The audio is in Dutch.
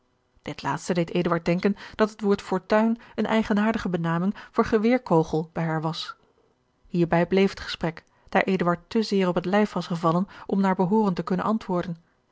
dit laatste deed eduard denken dat het woord fortuin eene eigenaardige benaming voor geweerkogel bij haar was hierbij george een ongeluksvogel bleef het gesprek daar eduard te zeer op het lijf was gevallen om naar behooren te kunnen antwoorden